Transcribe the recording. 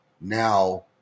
now